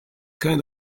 kind